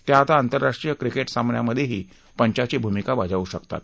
त्या आता आंतरराष्ट्रीय क्रिकेट सामन्यांमध्येही पंचांची भूमिका बजावू शकतात